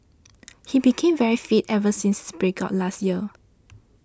he became very fit ever since his break up last year